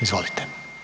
Izvolite.